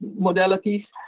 modalities